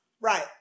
Right